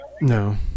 No